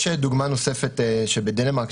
יש דוגמה נוספת בדנמרק,